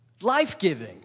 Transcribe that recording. life-giving